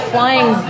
Flying